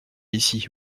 ici